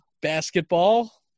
basketball